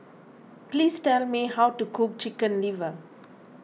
please tell me how to cook Chicken Liver